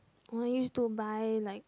oh I used to buy like